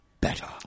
better